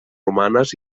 romanes